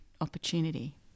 opportunity